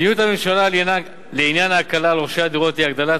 מדיניות הממשלה לעניין הקלה על רוכשי הדירות היא הגדלת